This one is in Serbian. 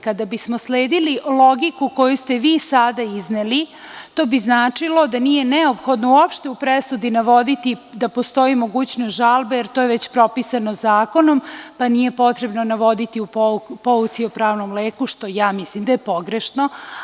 Kada bismo sledili logiku koju ste vi sada izneli, to bi značilo da nije neophodno uopšte u presudi navoditi da postoji mogućnost žalbe, jer to je već propisano zakonom, pa nije potrebno navoditi u pouci o pravnom leku, što mislim da je pogrešno.